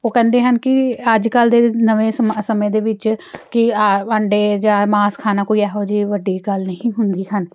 ਉਹ ਕਹਿੰਦੇ ਹਨ ਕਿ ਅੱਜ ਕੱਲ੍ਹ ਦੇ ਨਵੇਂ ਸਮ ਸਮੇਂ ਦੇ ਵਿੱਚ ਕਿ ਅੰਡੇ ਜਾਂ ਮਾਸ ਖਾਣਾ ਕੋਈ ਇਹੋ ਜਿਹੀ ਵੱਡੀ ਗੱਲ ਨਹੀਂ ਹਨ